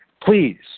Please